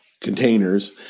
containers